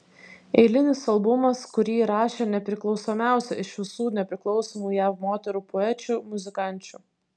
eilinis albumas kurį įrašė nepriklausomiausia iš visų nepriklausomų jav moterų poečių muzikančių